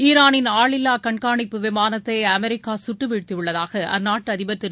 ஈரானின் ஆளில்லா கண்காணிப்பு விமானத்தை அமெரிக்கா சுட்டு வீழ்த்தியுள்ளதாக அந்நாட்டு அதிபர் திரு